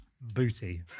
booty